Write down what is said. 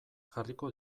jarriko